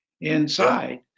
inside